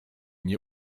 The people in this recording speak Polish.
nie